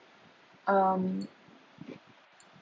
um